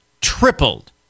tripled